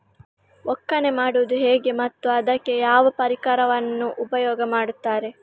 ಒಕ್ಕಣೆ ಮಾಡುವುದು ಹೇಗೆ ಮತ್ತು ಅದಕ್ಕೆ ಯಾವ ಪರಿಕರವನ್ನು ಉಪಯೋಗ ಮಾಡುತ್ತಾರೆ?